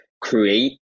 create